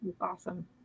awesome